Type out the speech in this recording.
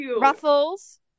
Ruffles